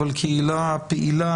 אבל קהילה פעילה,